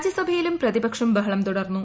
രാജ്യസഭയിലും പ്രതിപക്ഷം ബഹളം തുടർന്നു